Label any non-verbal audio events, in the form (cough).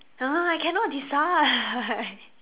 uh I cannot decide (laughs)